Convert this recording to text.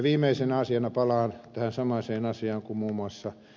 viimeisenä asiana palaan tähän samaiseen asiaan kuin muun muassa ed